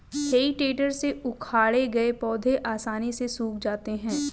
हेइ टेडर से उखाड़े गए पौधे आसानी से सूख जाते हैं